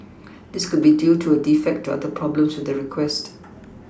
this could be due to a defect or other problem with the request